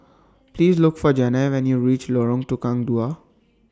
Please Look For Janay when YOU REACH Lorong Tukang Dua